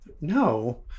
No